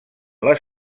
les